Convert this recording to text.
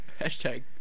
Hashtag